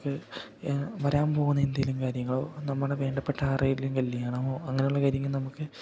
നമുക്ക് വരാൻ പോകുന്ന എന്തെങ്കിലും കാര്യങ്ങളോ നമ്മളെ വേണ്ടപ്പെട്ട ആരെങ്കിലും കല്യാണമോ അങ്ങനെയുള്ള കാര്യങ്ങൾ നമുക്ക്